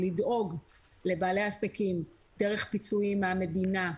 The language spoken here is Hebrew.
לדאוג לבעלי העסקים דרך פיצויים מהמדינה,